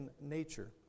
nature